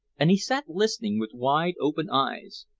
and he sat listening with wide-open eyes.